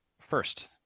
First